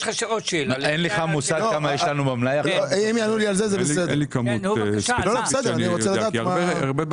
יש מחסור בשוק או שהשוק מלא כי יש